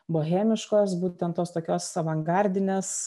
bohemiškos būtent tos tokios avangardinės